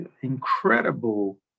Incredible